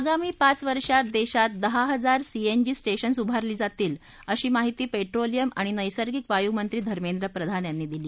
आगामी पाच वर्षात दक्षीत दहा हजार सी उजी स्टर्धान उभारलज्ञातील अशी माहिती पर्ट्रोलियम आणि नैसर्गिक वायुमंत्री धमेंद्र प्रधान यांनी दिली